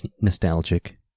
nostalgic